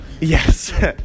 Yes